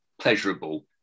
pleasurable